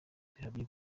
zihamye